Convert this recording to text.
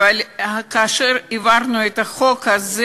אבל כאשר העברנו את החוק הזה,